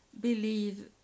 believe